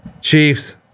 Chiefs